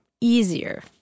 easier